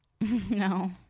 No